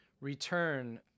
return